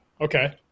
Okay